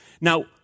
Now